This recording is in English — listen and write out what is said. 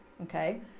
Okay